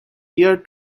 year